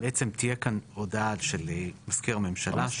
בעצם תהיה כאן הודעה של מזכיר הממשלה,